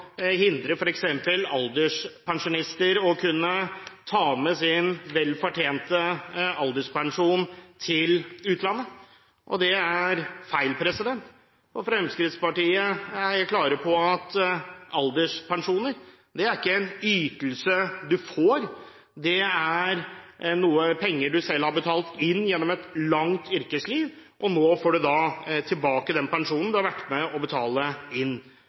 kunne ta med seg sin velfortjente alderspensjon til utlandet. Det er feil. Fremskrittspartiet er helt klare på at alderspensjoner ikke er en ytelse man får. Det er penger man selv har betalt inn gjennom et langt yrkesliv, og nå får man tilbake den pensjonen man har vært med på å betale inn.